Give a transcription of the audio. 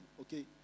okay